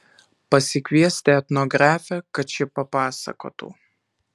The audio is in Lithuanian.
pasikviesti etnografę kad ši papasakotų